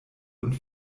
und